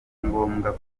ngombwa